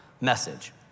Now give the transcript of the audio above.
message